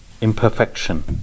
imperfection